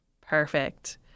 Perfect